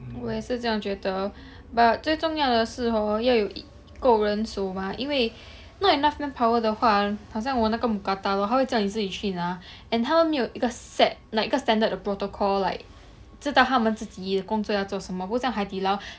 我也是这样觉得 but 最重要的是 hor 要有夠人手 ah 因为 not enough manpower 的话好像我那个 mookata lor 他会叫你自己去拿 and 他们没有一个 set like 一个 standard protocol like 知道他们自己的工作要做什么不像海底捞